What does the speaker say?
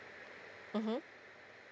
mmhmm